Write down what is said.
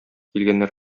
килгәннәр